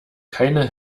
keine